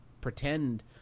pretend